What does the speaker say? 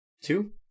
two